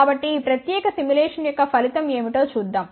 కాబట్టిఈ ప్రత్యేక సిములేషన్ యొక్క ఫలితం ఏమిటో చూద్దాం